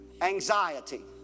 anxiety